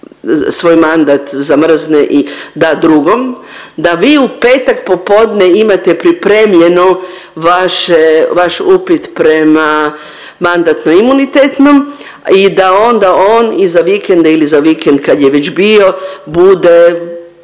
svoj mandat zamrzne i da drugom, da vi u petak popodne pripremljenu vaše vaš upit prema Mandatno-imunitetnom i da onda on iza vikenda ili za vikend kad je već bio bude,